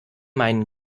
meinen